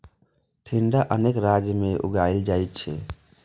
टिंडा अनेक राज्य मे उगाएल जाइ छै